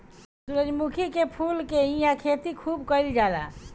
सूरजमुखी के फूल के इहां खेती खूब कईल जाला